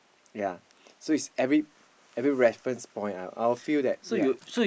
ya so is every every reference point ah I will feel that ya